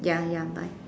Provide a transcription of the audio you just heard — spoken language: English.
ya ya bye